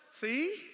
See